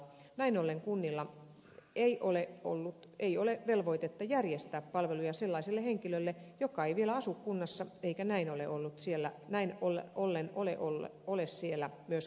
näin ollen kunnilla ei ole velvoitetta järjestää palveluja sellaiselle henkilölle joka ei vielä asu kunnassa eikä näin ollen ole siellä näin ollen olen valiolla oli myöskään kirjoilla